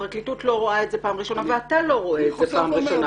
הפרקליטות לא רואה את זה בפעם הראשונה ואתה לא רואה את זה בפעם הראשונה.